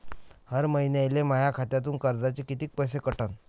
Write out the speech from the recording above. हर महिन्याले माह्या खात्यातून कर्जाचे कितीक पैसे कटन?